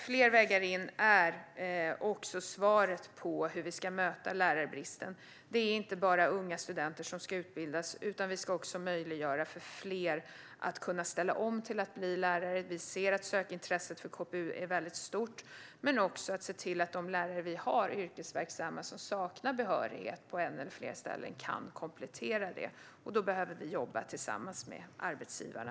Fler vägar in är också, som sagt, svaret på hur vi ska möta lärarbristen. Det är inte bara unga studenter som ska utbildas, utan vi ska också möjliggöra för fler att kunna ställa om till att bli lärare - vi ser att sökintresset för KPU är stort - och se till att de lärare vi har som är yrkesverksamma men som saknar behörighet på ett eller flera ställen kan komplettera det. Då behöver vi jobba tillsammans med arbetsgivarna.